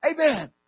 Amen